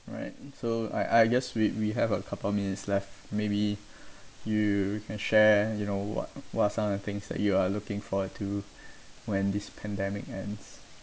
right so I I guess we we have a couple of minutes left maybe you can share you know what what some of the things that you are looking forward to when this pandemic ends